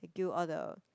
and give you all the